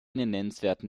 nennenswerten